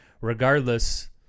regardless